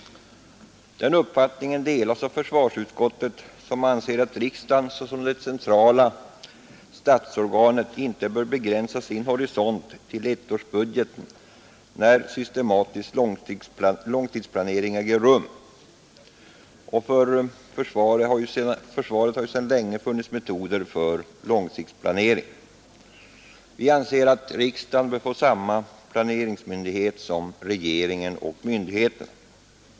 Den uppfattningen delas av försvarsutskottet, som anser att riksdagen såsom det centrala statsorganet inte bör begränsa sin horisont till ettårsbudgeten, när systematisk långtidsplanering äger rum, och för försvaret har det ju sedan länge funnits metoder för långsiktsplanering. Vi anser att riksdagen bör få samma planeringshorisont som regeringen och myndigheterna.